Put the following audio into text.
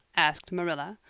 asked marilla,